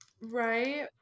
right